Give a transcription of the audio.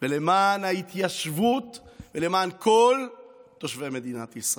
למען ההתיישבות ולמען כל תושבי מדינת ישראל.